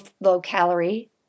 low-calorie